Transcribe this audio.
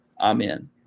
Amen